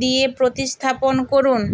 দিয়ে প্রতিস্থাপন করুন